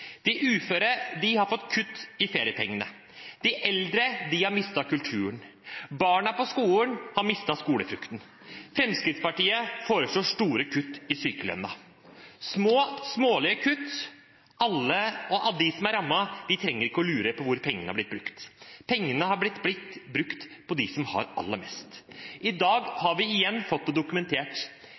De uføre har fått kutt i feriepengene, de eldre har mistet kulturen, barna på skolen har mistet skolefrukten. Fremskrittspartiet foreslår store kutt i sykelønnen – smålige kutt, og de som er rammet, trenger ikke å lure på hvor pengene har blitt brukt. Pengene har blitt brukt på dem som har aller mest. I dag har vi igjen fått det dokumentert.